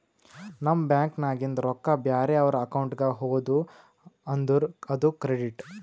ನಮ್ ಬ್ಯಾಂಕ್ ನಾಗಿಂದ್ ರೊಕ್ಕಾ ಬ್ಯಾರೆ ಅವ್ರ ಅಕೌಂಟ್ಗ ಹೋದು ಅಂದುರ್ ಅದು ಕ್ರೆಡಿಟ್